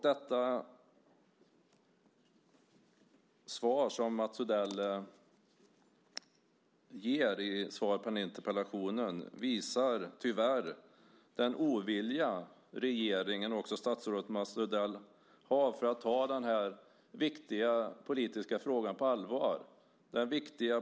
Det svar som Mats Odell ger på interpellationen visar tyvärr den ovilja regeringen och också statsrådet Mats Odell har att ta denna viktiga politiska fråga på allvar.